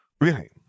Really